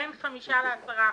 בין 5 ל-10 אחוזים,